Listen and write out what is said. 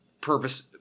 purpose